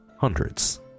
hundreds